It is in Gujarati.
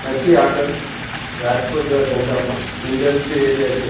ન્યાથી આગળ રાજકોટ જેવા ધંધામાં ઇન્ડસ્ટ્રી એરિયા છે